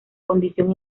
condición